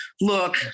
look